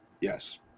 Yes